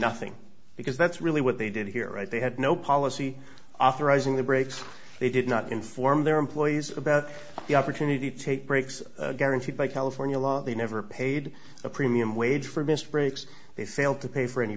nothing because that's really what they did here right they had no policy authorizing the breaks they did not inform their employees about the opportunity to take breaks guaranteed by california law they never paid a premium wage for missed breaks they failed to pay for any